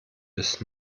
bis